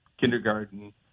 kindergarten